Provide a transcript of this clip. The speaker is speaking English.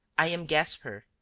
i am gaspar,